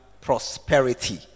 prosperity